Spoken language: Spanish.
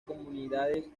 comunidades